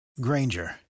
Granger